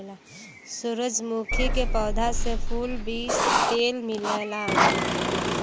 सूरजमुखी के पौधा से फूल, बीज तेल मिलेला